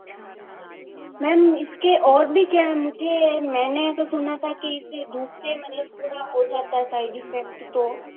अच्छा मैम इसके और भी क्या मुझे मैंने तो सुना था कि इसे धूप से मतलब थोड़ा हो जाता है साइड इफ़ेक्ट तो